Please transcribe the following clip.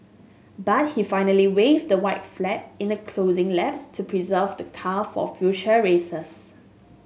but he finally waved the white flag in the closing laps to preserve the car for future races